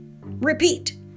Repeat